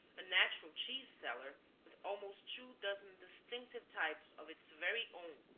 a natural cheese cellar with almost two dozen distinctive types of its very own,